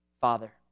Father